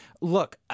Look